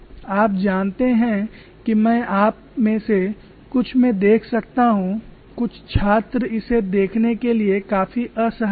आप जानते हैं कि मैं आप में से कुछ में देख सकता हूं कुछ छात्र इसे देखने के लिए काफी असहज हैं